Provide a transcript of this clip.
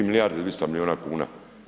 2 milijarde i 200 milijuna kuna.